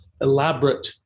elaborate